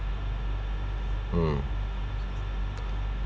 mm